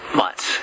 months